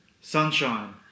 Sunshine